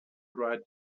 write